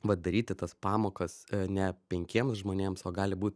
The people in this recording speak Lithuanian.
va daryti tas pamokas ne penkiems žmonėms o gali būt